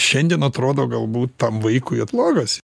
šiandien atrodo galbūt tam vaikui kad blogas